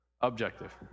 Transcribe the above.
Objective